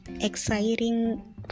exciting